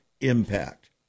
impact